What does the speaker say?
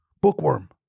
bookworm